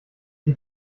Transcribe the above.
die